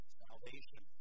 salvation